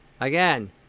again